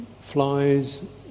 flies